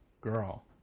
Girl